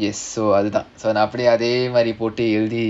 yes so அது தான்:adhu thaan so அப்டியே அதே மாதிரி போட்டு எழுதி